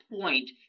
point